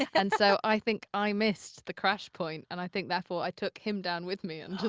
and so, i think i missed the crash point, and i think, therefore, i took him down with me and just